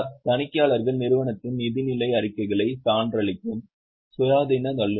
தணிக்கையாளர்கள் நிறுவனத்தின் நிதிநிலை அறிக்கைகளை சான்றளிக்கும் சுயாதீன வல்லுநர்கள்